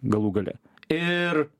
galų gale ir